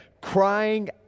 crying